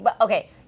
Okay